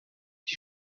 die